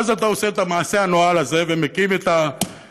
ואז אתה עושה את המעשה הנואל הזה ומקים את התאגיד,